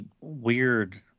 weird